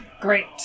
Great